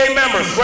members